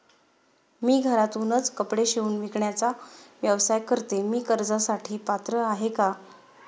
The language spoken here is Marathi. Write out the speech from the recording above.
मी घरातूनच कपडे शिवून विकण्याचा व्यवसाय करते, मी कर्जासाठी पात्र आहे का?